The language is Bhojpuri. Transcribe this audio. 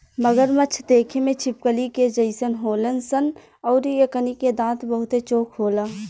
मगरमच्छ देखे में छिपकली के जइसन होलन सन अउरी एकनी के दांत बहुते चोख होला